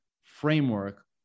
framework